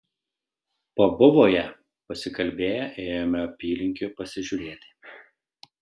pabuvoję pasikalbėję ėjome apylinkių pasižiūrėti